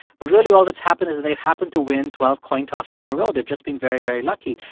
but really, all that's happened is that they've happened to win twelve coin tosses in a row. they've just been very, very lucky.